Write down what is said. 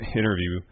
interview